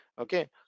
Okay